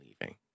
leaving